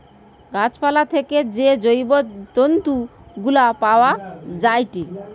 গাছ পালা থেকে যে জৈব তন্তু গুলা পায়া যায়েটে